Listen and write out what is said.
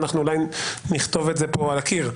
אנחנו עדיין נכתוב את זה פה על הקיר,